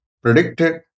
predicted